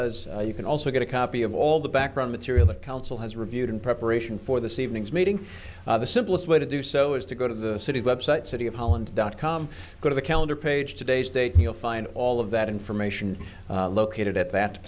as you can also get a copy of all the background material that council has reviewed in preparation for this evening's meeting the simplest way to do so is to go to the city website city of holland dot com go to the calendar page today's date you'll find all of that information located at that